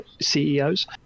CEOs